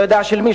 לא יודע של מי,